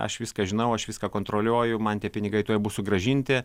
aš viską žinau aš viską kontroliuoju man tie pinigai tuoj bus sugrąžinti